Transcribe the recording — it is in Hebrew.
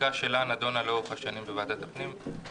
החקיקה שלה נידונה לאורך השנים בוועדת הפנים.